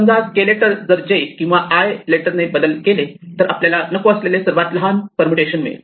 समजा K letter जर J किंवा I लेटर ने बदल केले तर आपल्याला नको असलेले सर्वात लहान परमुटेशन मिळेल